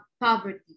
poverty